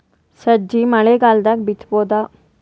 ಸಜ್ಜಿ ಮಳಿಗಾಲ್ ದಾಗ್ ಬಿತಬೋದ?